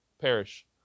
perish